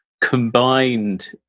combined